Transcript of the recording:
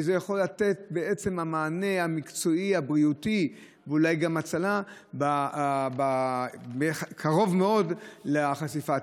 זה יכול לתת מענה מקצועי בריאותי ואולי גם הצלה קרוב מאוד לחשיפה.